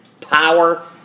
power